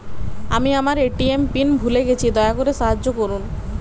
আমি আমার ATM pin ভুলে গেছি, দয়া করে সাহায্য করুন